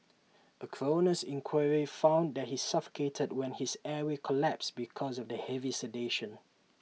A coroner's inquiry found that he suffocated when his airway collapsed because of the heavy sedation